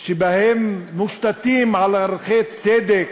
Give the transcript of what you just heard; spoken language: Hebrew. שמושתתים על ערכי צדק,